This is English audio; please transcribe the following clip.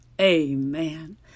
Amen